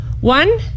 One